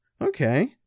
Okay